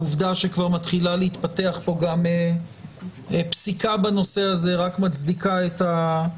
העובדה שכבר מתחילה להתפתח פה גם פסיקה בנושא הזה רק מצדיקה את הדבר.